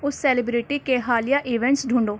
اس celebrity کے حالیہ events ڈھونڈو